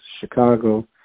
Chicago